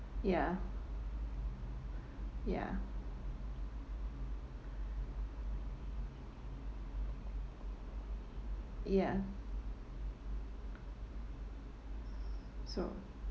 ya ya ya so